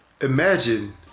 Imagine